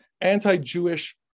anti-Jewish